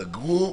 סגרו,